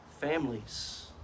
families